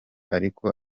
ariko